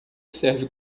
serve